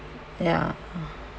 ya